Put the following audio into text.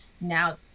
now